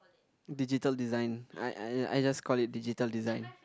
digital design I I I I just call it digital design